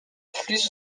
plus